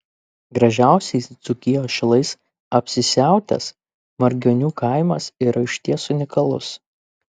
gražiausiais dzūkijos šilais apsisiautęs margionių kaimas yra išties unikalus